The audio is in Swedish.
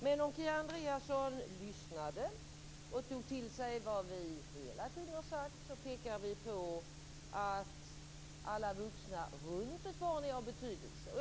Men om Kia Andreasson hade lyssnat och tagit till sig vad vi hela tiden har sagt hade hon hört att vi pekar på att alla vuxna runt ett barn är av betydelse.